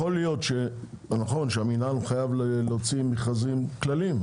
זה נכון שהמינהל חייב להוציא מכרזים כלליים,